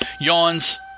Yawns